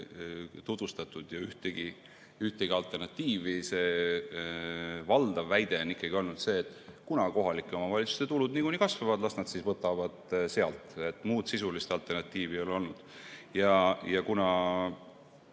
ühtegi alternatiivi tutvustatud. Valdav väide on olnud see, et kuna kohalike omavalitsuste tulud niikuinii kasvavad, las nad siis võtavad sealt. Muud sisulist alternatiivi ei ole olnud. Hea